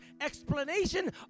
explanation